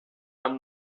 amb